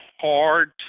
hard